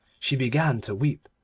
she began to weep,